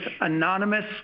anonymous